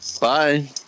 Bye